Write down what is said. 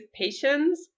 patience